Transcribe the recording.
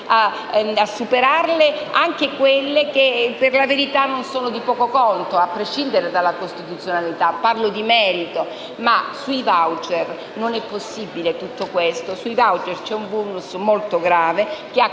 a superarle, anche quelle che, per la verità, non sono di poco conto, a prescindere dalla costituzionalità: parlo di merito. Ma sui *voucher* tutto questo non è possibile. Sui *voucher* c'è un *vulnus* molto grave che ha